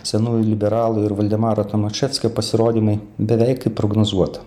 senųjų liberalų ir valdemaro tomaševskio pasirodymai beveik kaip prognozuota